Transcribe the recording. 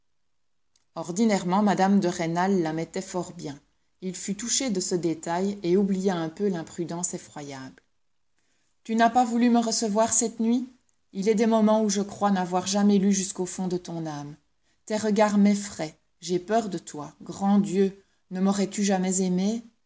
ordinairement mme de rênal la mettait fort bien il fut touché de ce détail et oublia un peu l'imprudence effroyable tu n'as pas voulu me recevoir cette nuit il est des moments où je crois n'avoir jamais lu jusqu'au fond de ton âme tes regards m'effrayent j'ai peur de toi grand dieu ne maurais tu jamais aimée